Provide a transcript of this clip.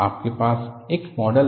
आपके पास एक मॉडल है